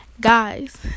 Guys